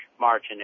margin